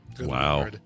wow